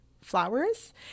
flowers